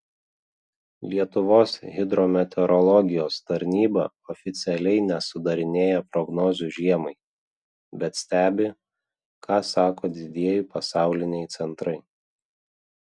lietuvos hidrometeorologijos tarnyba oficialiai nesudarinėja prognozių žiemai bet stebi ką sako didieji pasauliniai centrai